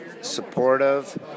supportive